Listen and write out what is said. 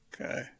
okay